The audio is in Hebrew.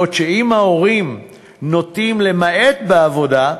בעוד שאם ההורים נוטים למעט בעבודה,